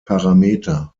parameter